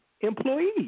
employees